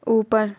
اوپر